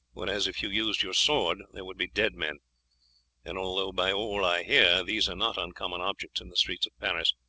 whereas if you used your sword there would be dead men and although by all i hear these are not uncommon objects in the streets of paris,